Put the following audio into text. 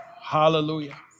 Hallelujah